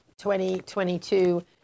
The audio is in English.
2022